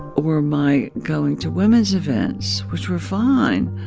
were my going to women's events, which were fine.